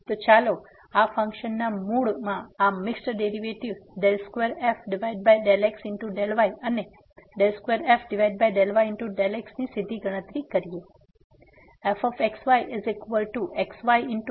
તો ચાલો આ ફંકશનના મૂળમાં આ મિક્સ્ડ ડેરિવેટિવ્ઝ 2f∂x∂y અને 2f∂y∂x ની સીધી ગણતરી કરીએ